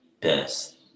best